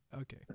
Okay